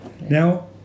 Now